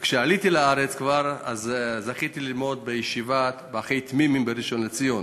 וכשעליתי לארץ זכיתי ללמוד בישיבת "אחי תמימים" בראשון-לציון.